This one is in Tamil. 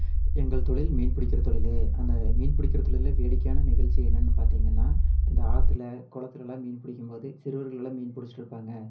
எங்கள் தொழில் மீன் பிடிக்குற தொழில் அந்த மீன் பிடிக்குற தொழிலில் வேடிக்கையான நிகழ்ச்சி என்னன்னு பார்த்திங்கன்னா இந்த ஆற்றுல குளத்துலலாம் மீன் பிடிக்கும்போது சிறுவர்களெல்லாம் மீன் பிடிச்சுட்டு இருப்பாங்க